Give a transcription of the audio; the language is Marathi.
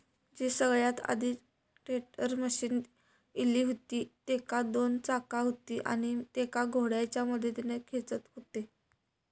जी सगळ्यात आधी टेडर मशीन इली हुती तेका दोन चाका हुती आणि तेका घोड्याच्या मदतीन खेचत हुते